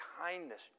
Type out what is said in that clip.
kindness